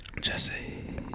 Jesse